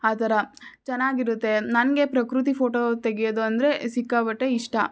ಆ ಥರ ಚೆನ್ನಾಗಿರುತ್ತೆ ನನಗೆ ಪ್ರಕೃತಿ ಫೋಟೋ ತೆಗೆಯೋದು ಅಂದರೆ ಸಿಕ್ಕಾಪಟ್ಟೆ ಇಷ್ಟ